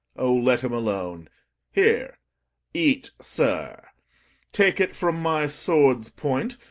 o, let him alone here eat, sir take it from my sword's point,